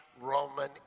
Roman